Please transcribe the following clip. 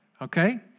Okay